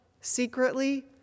secretly